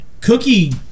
Cookie